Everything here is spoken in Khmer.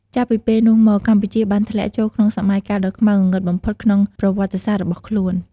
ចាប់ពីពេលនោះមក កម្ពុជាបានធ្លាក់ចូលក្នុងសម័យកាលដ៏ខ្មៅងងឹតបំផុតក្នុងប្រវត្តិសាស្ត្ររបស់ខ្លួន។